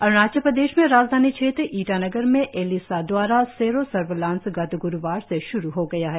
अरुणाचल प्रदेश में राजधानी क्षेत्र ईटानगर में एलिसा द्वारा सेरो सर्वेलांस गत ब्धवार से श्रु हो गई है